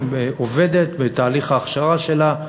עובדת בתהליך ההכשרה שלה,